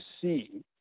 see